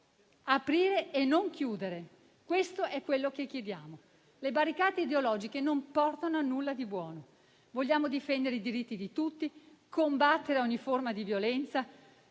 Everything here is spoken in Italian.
Aprire e non chiudere: questo è quello che chiediamo. Le barricate ideologiche non portano a nulla di buono. Vogliamo difendere i diritti di tutti e combattere ogni forma di violenza,